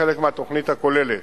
כחלק מהתוכנית הכוללת